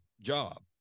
job